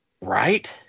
Right